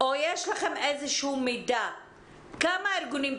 או שיש לכם איזשהו מידע כמה ארגונים?